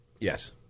Yes